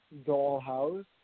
Dollhouse